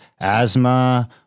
asthma